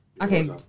Okay